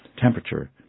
temperature